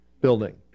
building